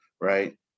right